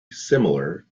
similar